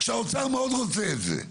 שהאוצר מאוד רוצה את זה.